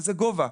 שזה גובה,